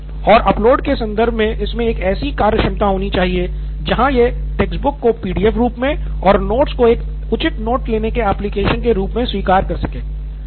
सिद्धार्थ मटूरी और अपलोड के संदर्भ में इसमें एक ऐसी कार्य क्षमता होनी चाहिए जहां यह टेक्स्टबुक्स को पीडीएफबुक रूप मे और नोटबुक्स को एक उचित नोट्स लेने के एप्लिकेशन के रूप में स्वीकार कर सके